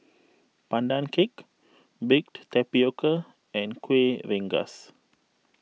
Pandan Cake Baked Tapioca and Kuih Rengas